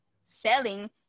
selling